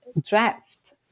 draft